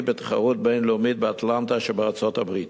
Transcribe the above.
בתחרות בין-לאומית באטלנטה שבארצות-הברית.